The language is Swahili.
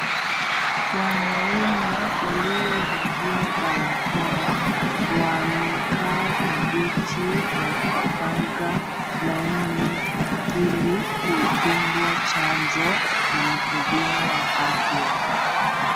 Wanaume waliovalia barakoa wamekaa kwa viti wakipanga laini ili kudungwa chanjo na mhudumu wa afya.